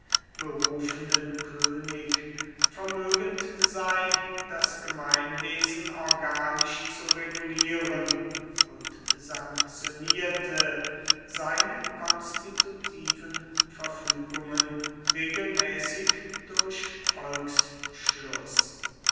berufenden könig vermögend sei das gemeinwesen organisch zu regulieren und sanktionierte seine konstitutiven verfügungen regelmäßig durch volksschluß